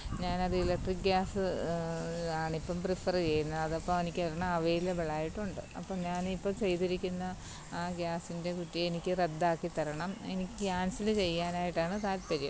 ഞാനത് electric gas ആണ് ഇപ്പം പ്രിഫെറ് ചെയ്യുന്നത് അതപ്പം എനിക്ക് ഒരെണ്ണം അവയിലബ്ളായിട്ടുണ്ട് അപ്പം ഞാൻ ഇപ്പം ചെയ്തിരിക്കുന്നത് ആ ഗ്യാസിൻ്റെ കുറ്റി എനിക്ക് റദ്ദാക്കി തരണം എനിക്ക് ക്യാൻസല് ചെയ്യാനായിട്ടാണ് താൽപ്പര്യം